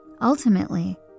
Ultimately